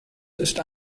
ist